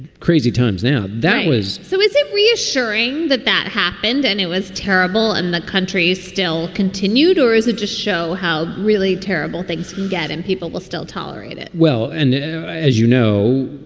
crazy times now that was. so is it reassuring that that happened? and it was terrible and the country still continued or is it just show how really terrible things can get and people will still tolerate it? well, and as you know,